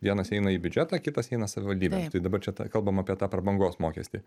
vienas eina į biudžetą kitas eina į savivaldybę tai dabar čia kalbam apie tą prabangos mokestį